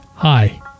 Hi